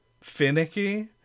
finicky